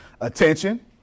Attention